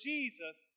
Jesus